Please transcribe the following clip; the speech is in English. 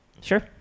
Sure